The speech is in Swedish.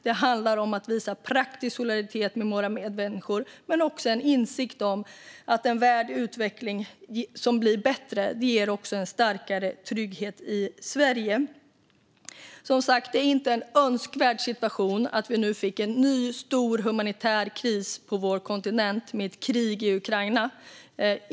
Det handlar om att visa praktisk solidaritet med våra medmänniskor men också insikten om att en värld i utveckling som blir bättre också ger starkare trygghet i Sverige. Det är som sagt inte en önskvärd situation att vi fått en ny, stor humanitär kris på vår kontinent med ett krig i Ukraina.